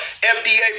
FDA